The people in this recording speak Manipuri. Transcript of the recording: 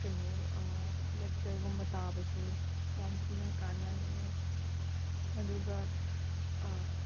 ꯀꯩꯅꯣ ꯂꯦꯛꯆꯔꯒꯨꯝꯕ ꯇꯥꯕꯁꯨ ꯌꯥꯝ ꯊꯤꯅ ꯀꯥꯟꯅꯔꯦ ꯑꯗꯨꯒ